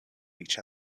each